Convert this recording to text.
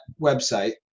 website